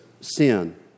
sin